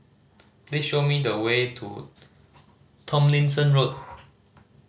please show me the way to Tomlinson Road